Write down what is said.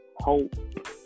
hope